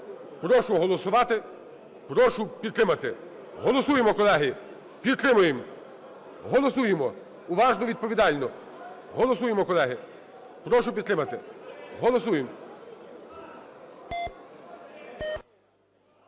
Прошу голосувати, прошу підтримати. Голосуємо, колеги, підтримуємо, голосуємо уважно, відповідально. Голосуємо, колеги, прошу підтримати, голосуємо.